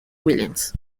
williams